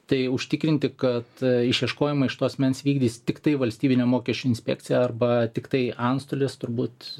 tai užtikrinti kad išieškojimą iš to asmens vykdys tiktai valstybinė mokesčių inspekcija arba tiktai antstolis turbūt